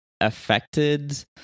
affected